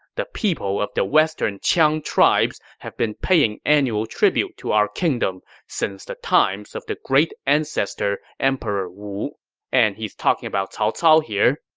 the people of the western qiang tribes have been paying annual tribute to our kingdom since the times of the great ancestor emperor wu and he's talking about cao cao here.